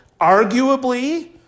Arguably